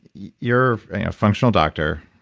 you're a functional doctor,